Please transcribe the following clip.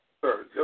Sir